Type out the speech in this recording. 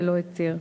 ללא היתר.